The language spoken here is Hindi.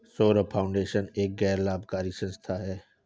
सौरभ फाउंडेशन एक गैर लाभकारी संस्था है